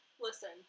Listen